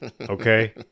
Okay